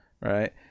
right